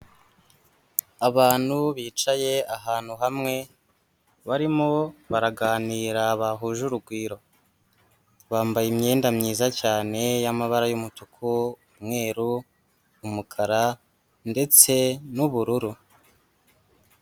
Abantu bicaye ahantu hamwe barimo baraganira bahuje urugwiro, bambaye imyenda myiza cyane y'amabara y'umutuku, umweru, umukara ndetse n'ubururu.